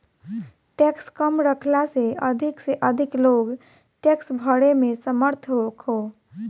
tax कम रखला से अधिक से अधिक लोग टैक्स भरे में समर्थ होखो